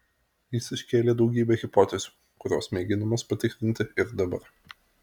jis iškėlė daugybę hipotezių kurios mėginamos patikrinti ir dabar